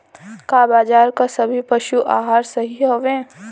का बाजार क सभी पशु आहार सही हवें?